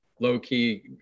low-key